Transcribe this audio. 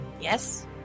Yes